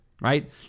right